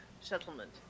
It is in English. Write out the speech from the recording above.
settlement